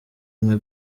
umwe